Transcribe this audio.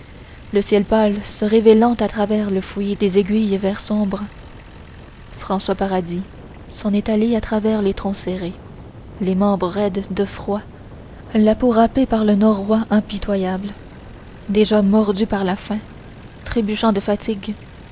le ciel pâle se révélant à travers le fouillis des aiguilles vert sombre françois paradis s'en est allé à travers les troncs serrés les membres raides de froid la peau râpée par le norouâ impitoyable déjà mordu par la faim trébuchant de fatigue